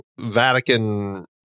Vatican